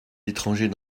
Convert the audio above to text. étranger